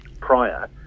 prior